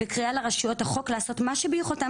וקריאה לרשויות החוק לעשות מה שביכולתן